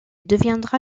deviendra